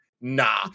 nah